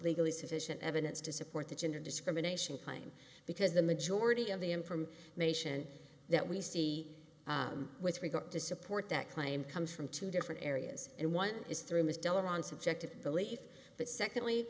legally sufficient evidence to support the gender discrimination claim because the majority of the in from nation that we see with regard to support that claim comes from two different areas and one is through ms delamont subjective belief but secondly